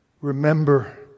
Remember